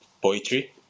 Poetry